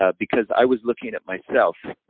ah because i was looking at myself.